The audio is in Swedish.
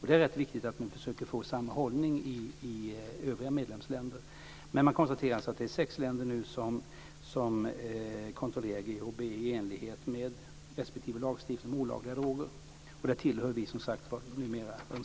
Det är rätt viktigt att vi försöker få samma hållning inom övriga medlemsländer, men ändå är det nu sex länder som kontrollerar GHB i enlighet med respektive lagstiftning om olagliga droger. Vi tillhör, som sagt, dessa sex länder.